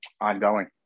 ongoing